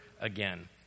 again